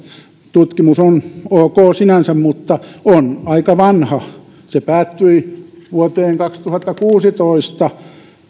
tutkimus on ok sinänsä mutta on aika vanhaa se päättyi vuoteen kaksituhattakuusitoista